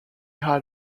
had